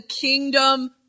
kingdom